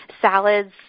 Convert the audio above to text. salads